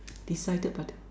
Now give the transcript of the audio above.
decided by the